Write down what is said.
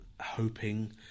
hoping